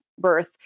birth